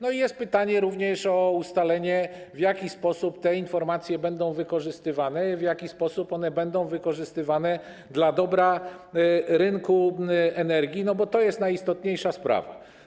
Jest również pytanie o ustalenie, w jaki sposób te informacje będą wykorzystywane, w jaki sposób one będą wykorzystywane dla dobra rynku energii, bo to jest najistotniejsza sprawa.